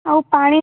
ଆଉ ପାଣି